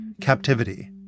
captivity